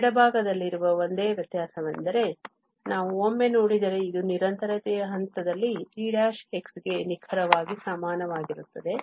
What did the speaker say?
ಎಡಭಾಗದಲ್ಲಿರುವ ಒಂದೇ ವ್ಯತ್ಯಾಸವೆಂದರೆ ನಾವು ಒಮ್ಮೆ ನೋಡಿದರೆ ಇದು ನಿರಂತರತೆಯ ಹಂತದಲ್ಲಿ g' ಗೆ ನಿಖರವಾಗಿ ಸಮನಾಗಿರುತ್ತದೆ